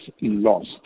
lost